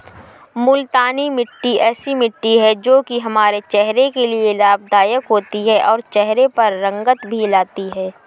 मूलतानी मिट्टी ऐसी मिट्टी है जो की हमारे चेहरे के लिए लाभदायक होती है और चहरे पर रंगत भी लाती है